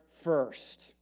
first